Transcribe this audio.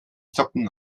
socken